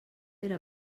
era